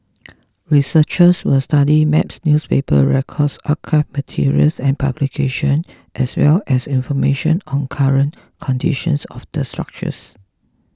researchers will study maps newspaper records archival materials and publication as well as information on current conditions of the structures